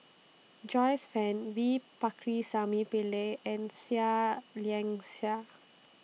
Joyce fan V Pakirisamy Pillai and Seah Liang Seah